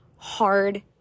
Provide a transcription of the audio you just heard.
Hard